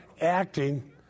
acting